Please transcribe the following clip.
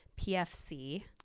PFC